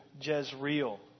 Jezreel